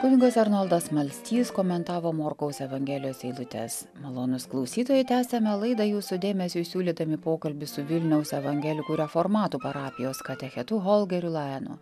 kunigas arnoldas smalstys komentavo morkaus evangelijos eilutes malonūs klausytojai tęsiame laidą jūsų dėmesiui siūlydami pokalbį su vilniaus evangelikų reformatų parapijos katechetu holgeriu laenu